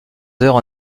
heures